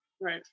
Right